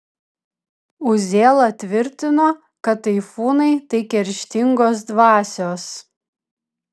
uzėla tvirtino kad taifūnai tai kerštingos dvasios